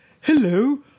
hello